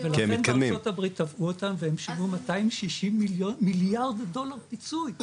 ולכן בארצות הברית תבעו אותם והם שילמו 260 מיליארד דולר פיצוי,